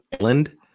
island